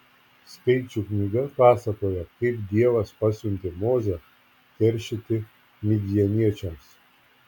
skaičių knyga pasakoja kaip dievas pasiuntė mozę keršyti midjaniečiams